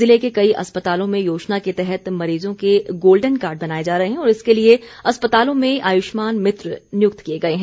ज़िले के कई अस्पतालों में योजना के तहत मरीज़ों के गोल्डन कार्ड बनाए जा रहे हैं और इसके लिए अस्पतालों में आयुष्मान भित्र नियुक्त किए गए हैं